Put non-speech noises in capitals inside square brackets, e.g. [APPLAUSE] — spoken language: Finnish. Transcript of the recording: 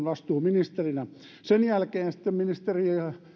[UNINTELLIGIBLE] vastuuministerinä silloin sen jälkeen sitten ministeri